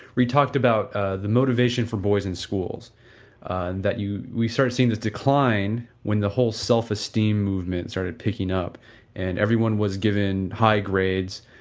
we talked about ah the motivation for boys in schools and that we started seeing this decline when the whole self esteem movements started picking up and everyone was given high grades,